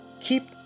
keep